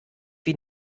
wie